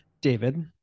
David